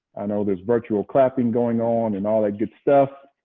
i know there's virtual clapping going on and all that good stuff.